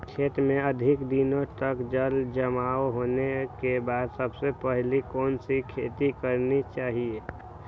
खेत में अधिक दिनों तक जल जमाओ होने के बाद सबसे पहली कौन सी खेती करनी चाहिए?